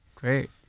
Great